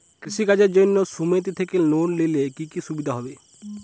কৃষি কাজের জন্য সুমেতি থেকে লোন নিলে কি কি সুবিধা হবে?